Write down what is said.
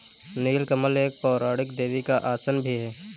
नील कमल एक पौराणिक देवी का आसन भी है